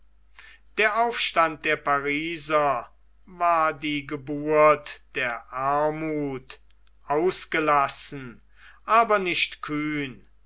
der aufstand der pariser war die geburt der armuth ausgelassen aber nicht kühn